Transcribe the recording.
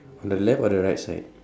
on the left or the right side